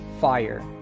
fire